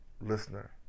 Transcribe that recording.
listener